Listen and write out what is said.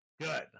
Good